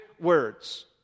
words